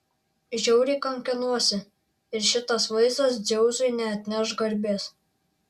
žiauriai kankinuosi ir šitas vaizdas dzeusui neatneš garbės